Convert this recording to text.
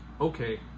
okay